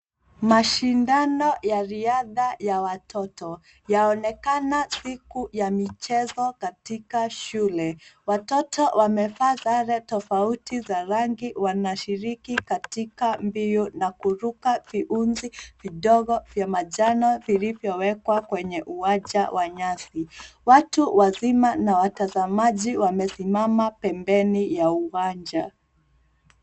Mashindano ya riadha ya watoto yaonekana siku ya michezo katika shule. Watoto wamevaa sare tofauti za rangi ,wanashiriki katika mbio na kuruka viunzi vidogo vya manjano vilivyowekwa kwenye uwanja wa nyasi. Watu wazima na watazamaji wamesimama pembeni ya uwanja.